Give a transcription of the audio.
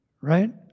Right